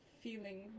feeling